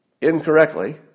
incorrectly